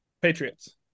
Patriots